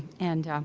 and, ah.